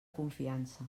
confiança